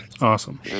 Awesome